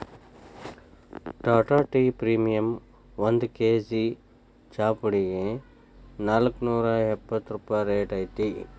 Tata tea premium ಒಂದ್ K G ಚಾಪುಡಿಗೆ ನಾಲ್ಕ್ನೂರಾ ಎಪ್ಪತ್ ರೂಪಾಯಿ ರೈಟ್ ಐತಿ